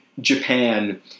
Japan